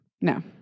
no